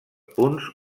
punts